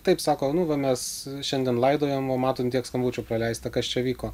taip sako nu va mes šiandien laidojam va matom kiek skambučių praleista kas čia vyko